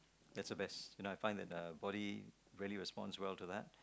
that's the best you know I find that the body really responds will to that